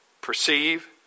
perceive